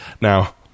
Now